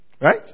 right